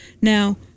Now